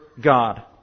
God